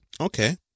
Okay